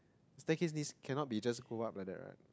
staircase this cannot be just go up like the